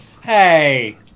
Hey